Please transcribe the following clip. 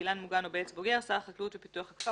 באילן מוגן או בעץ בוגר שר החקלאות ופיתוח הכפר